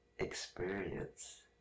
Experience